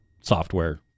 software